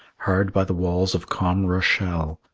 hard by the walls of calm rochelle,